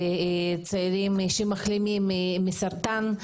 לצעירים שמחלימים מסרטן.